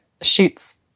Shoots